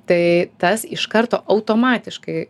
tai tas iš karto automatiškai